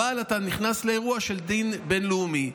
אבל אתה נכנס לאירוע של דין בין-לאומי,